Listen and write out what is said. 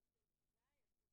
ועדת